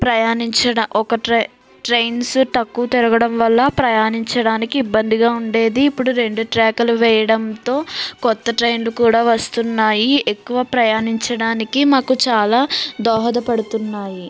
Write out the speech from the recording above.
ప్రయాణించడం ఒక ట్రైన్స్ తక్కువ తిరగడం వల్ల ప్రయాణించడానికి ఇబ్బందిగా ఉండేది ఇప్పుడు రెండు ట్రాకులు వేయడంతో క్రొత్త ట్రైన్లు కూడా వస్తున్నాయి ఎక్కువ ప్రయాణించడానికి మాకు చాలా దోహదపడుతున్నాయి